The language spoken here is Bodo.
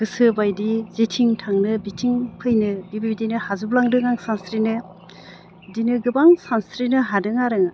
गोसो बायदि जेथिं थांनो बिथिं फैनो बेबायदिनो हाजोबलांदों आं सानस्रिनो बिदिनो गोबां सानस्रिनो हादों आरो आं